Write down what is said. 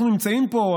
אנחנו נמצאים פה,